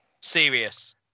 Serious